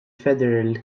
federal